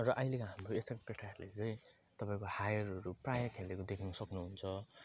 र अहिलेको हाम्रो यताको केटाहरूले चाहिँ तपाईँको हायरहरू प्रायः खेलेको देख्न सक्नुहुन्छ